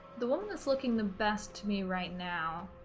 the woman that's looking the best to me right now